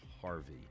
Harvey